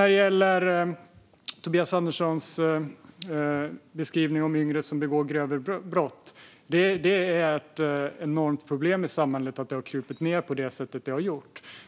När det gäller Tobias Anderssons beskrivning av yngre som begår grövre brott är det ett enormt problem i samhället att det har krupit ned i åldrarna på det sättet.